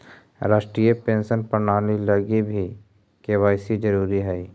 राष्ट्रीय पेंशन प्रणाली लगी भी के.वाए.सी जरूरी हई